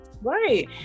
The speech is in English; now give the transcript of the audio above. Right